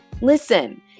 Listen